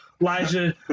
Elijah